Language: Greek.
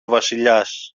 βασιλιάς